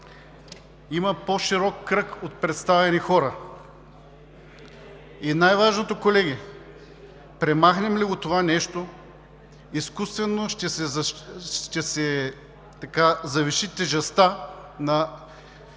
Има по-широк кръг от представени хора и най важното, колеги, премахнем ли го това нещо, изкуствено ще се завиши тежестта на